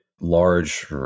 large